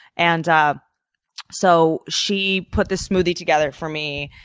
and so she put this smoothie together for me.